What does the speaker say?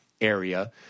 area